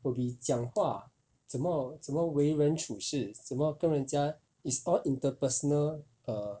will be 讲话怎么怎么为人处世怎么跟人家 it's all interpersonal err